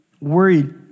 worried